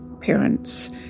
parents